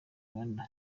rwanda